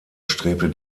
strebte